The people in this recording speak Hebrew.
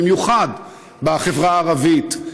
במיוחד בחברה הערבית.